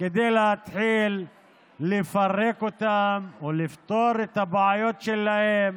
כדי להתחיל לפרק אותם ולפתור את הבעיות שלהם.